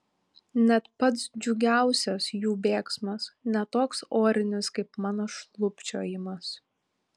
net pats džiugiausias jų bėgsmas ne toks orinis kaip mano šlubčiojimas